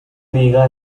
liga